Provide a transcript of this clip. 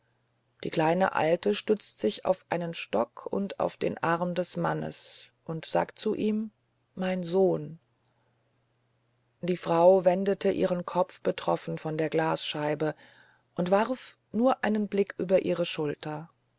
die kleine alte stützt sich auf einen stock und auf den arm des mannes und sagt zu ihm mein sohn die frau wendete ihren kopf betroffen von der glasscheibe und warf nur einen blick über ihre schulter